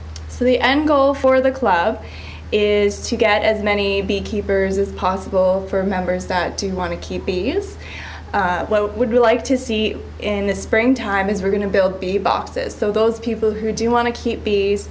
so the end goal for the club is to get as many beekeepers as possible for members that do want to keep events would like to see in the spring time is we're going to build the boxes so those people who do want to keep